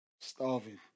starving